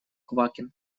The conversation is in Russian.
квакин